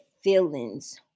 feelings